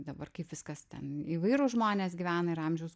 dabar kaip viskas ten įvairūs žmonės gyvena ir amžiaus